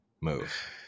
move